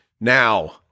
Now